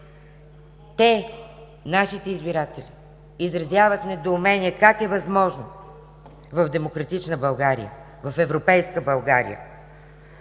те – нашите избиратели, изразяват недоумение как е възможно в демократична България, в европейска България